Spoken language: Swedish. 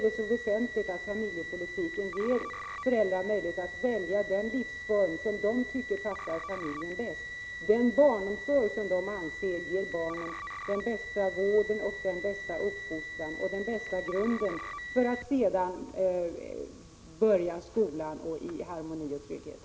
Det är väsentligt att familjepolitiken ger föräldrarna möjlighet att välja den livsform som de tycker passar familjen bäst, den barnomsorg som de anser ger barnen den bästa vården, den bästa uppfostran och den bästa grunden för att barnen sedan skall kunna börja skolan i harmoni och trygghet.